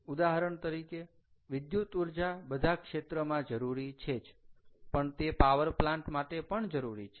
ઉદાહરણ તરીકે વિદ્યુત ઊર્જા બધા ક્ષેત્રમાં જરૂરી છે જ પણ તે પાવર પ્લાન્ટ માટે પણ જરૂરી છે